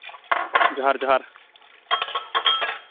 ᱡᱚᱦᱟᱨ ᱡᱚᱦᱟᱨ